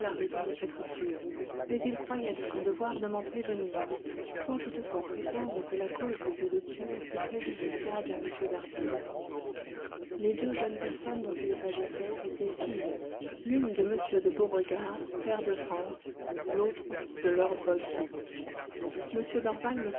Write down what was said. raison de cette rupture mais il croyait de son devoir de m'en prévenir sans toutefois prétendre que la cause de ces ruptures fût préjudiciable à m d'harville les deux jeunes personnes dont il s'agissait étaient filles l'une de m de beauregard pair de france l'autre de lord boltrop m dorval me